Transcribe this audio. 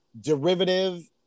derivative